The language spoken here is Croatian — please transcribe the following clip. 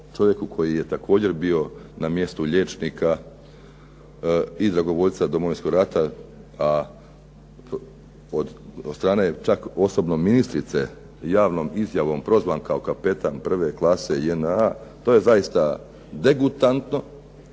čovjeku koji je također bio na mjestu liječnika i dragovoljca Domovinskog rata a od strane čak osobno ministrice, javom izjavom prozvan kao kapetan prve klase JNA, to je zaista degutantno